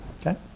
Okay